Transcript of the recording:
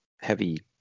heavy